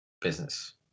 business